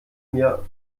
mir